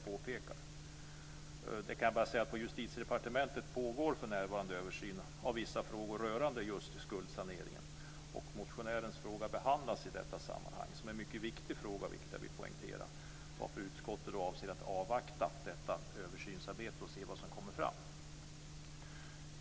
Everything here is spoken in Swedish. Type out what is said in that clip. På Justitiedepartementet pågår det för närvarande en översyn av vissa frågor rörande just skuldsanering. Motionärens fråga - som är mycket viktig - behandlas i detta sammanhang, varför utskottet avser att avvakta detta översynsarbete.